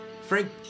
Frank